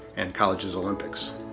and colleges olympics.